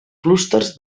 clústers